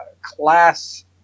class